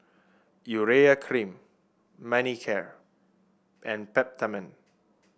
Urea Cream Manicare and Peptamen